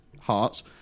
Hearts